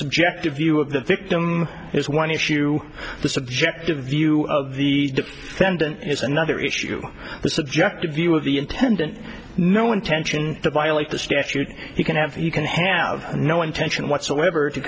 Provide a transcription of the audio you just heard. subjective view of the victim is one issue the subjective view of the defendant is another issue the subjective view of the intendant no intention to violate the statute he can have he can have no intention whatsoever to